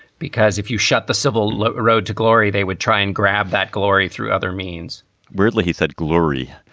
because if you shut the civil road to glory, they would try and grab that glory through other means weirdly, he said glory.